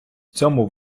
цьому